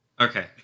Okay